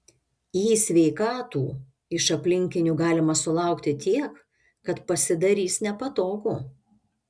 į sveikatų iš aplinkinių galima sulaukti tiek kad pasidarys nepatogu